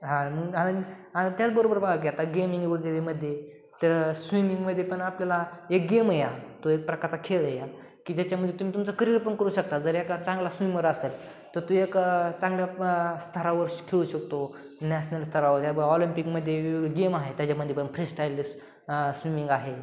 हा मग हा अन त्याचबरोबर बघाकि आता गेमिंग वगैरेमध्ये तर स्विमिंगमध्ये पण आपल्याला एक गेम या तो एक प्रकारचा खेळ आहे हा की ज्याच्यामध्ये तुम्ही तुमचं करियर पण करू शकता जर एका चांगला स्विमर असेल तर तू एक चांगल्या स्तरावर खेळू शकतो नॅशनल स्तरावर ऑलिम्पिकमध्ये वेगवेगळे गेम आहे त्याच्यामध्ये पण फ्री स्टाईल स्विमिंग आहे